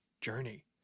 journey